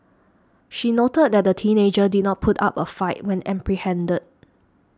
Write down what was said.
she noted that the teenager did not put up a fight when apprehended